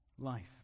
Life